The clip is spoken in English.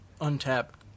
Untapped